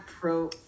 Pro